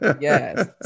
Yes